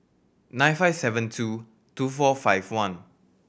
nine five seven two two four five one